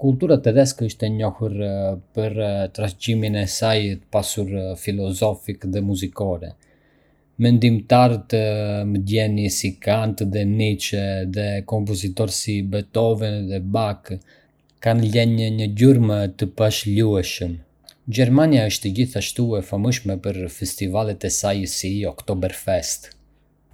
Kultura tedeskështë e njohur për trashëgiminë e saj të pasur filozofike dhe muzikore. Mendimtarë të mëdhenj si Kant dhe Nietzsche, dhe kompozitorë si Beethoven dhe Bach, kanë lënë një gjurmë të pashlyeshme. Gjermania është gjithashtu e famshme për festivalet e saj, si Oktoberfest.